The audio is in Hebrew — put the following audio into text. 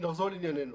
כלומר, תבנה מורשת.